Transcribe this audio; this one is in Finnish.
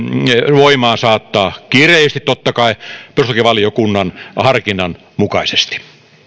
saattaa voimaan kiireellisesti totta kai perustuslakivaliokunnan harkinnan mukaisesti